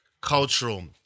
cultural